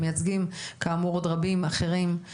כל התחושה הזאת של נטישה ופגיעה שהם עברו כל החיים,